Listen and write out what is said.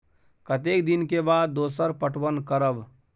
कतेक दिन के बाद दोसर पटवन करब?